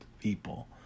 people